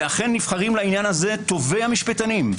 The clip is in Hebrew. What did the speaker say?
ואכן נבחרים לעניין הזה טובי המשפטנים,